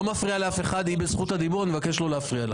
אולי לא ערבים כי יש שם גם קשיים ועוני אבל השאר